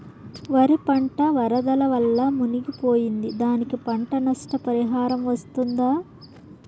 వరి పంట వరదల వల్ల మునిగి పోయింది, దానికి పంట నష్ట పరిహారం వస్తుందా?